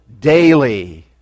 daily